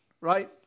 right